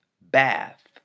bath